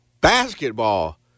basketball